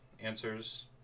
answers